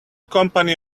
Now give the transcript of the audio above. company